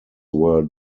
were